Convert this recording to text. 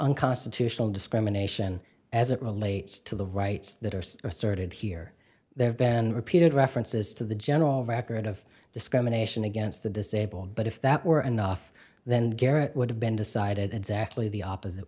unconstitutional discrimination as it relates to the rights that are still asserted here there have been repeated references to the general record of discrimination against the disabled but if that were enough then garrett would have been decided exactly the opposite